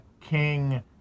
King